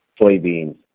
soybeans